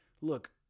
look